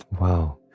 Wow